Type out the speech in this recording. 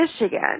Michigan